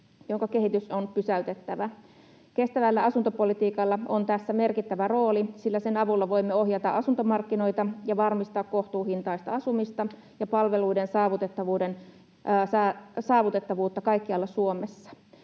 jonka kehitys on pysäytettävä. Kestävällä asuntopolitiikalla on tässä merkittävä rooli, sillä sen avulla voimme ohjata asuntomarkkinoita ja varmistaa kohtuuhintaista asumista ja palveluiden saavutettavuutta kaikkialla Suomessa.